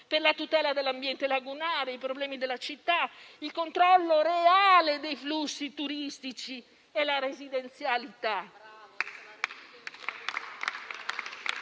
per la tutela dell'ambiente lagunare, i problemi della città, il controllo reale dei flussi turistici e la residenzialità.